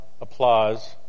applause